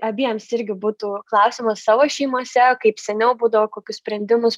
abiems irgi būtų klausimas savo šeimose kaip seniau būdavo kokius sprendimus